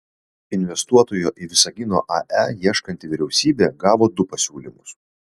investuotojo į visagino ae ieškanti vyriausybė gavo du pasiūlymus